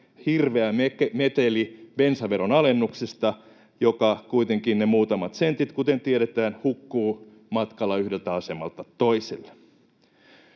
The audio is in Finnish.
Hirveä meteli bensaveron alennuksesta, joka kuitenkin — ne muutamat sentit, kuten tiedetään — hukkuu matkalla yhdeltä asemalta toiselle.